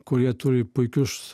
kurie turi puikius